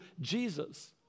Jesus